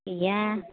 गैया